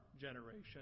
generation